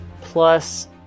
plus